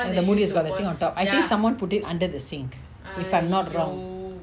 and the moon is got the thing on top I think someone put it under the sink if I'm not wrong